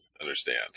understand